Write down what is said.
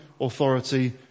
authority